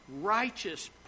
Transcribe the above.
righteous